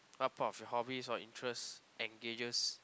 what part of your hobbies or interests engages